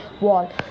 wall